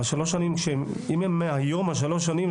אם היום שלוש שנים,